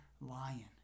lion